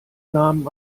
namen